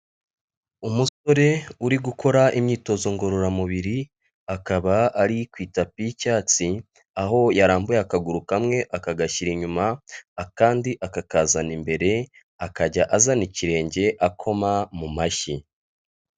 Umusore uri gukora imyitozo ngororamubiri akaba ari ku itapi y'icyatsi aho yarambuye akaguru kamwe akagashyira inyuma akandi akakazana imbere akajya azana ikirenge akoma mu mashyi.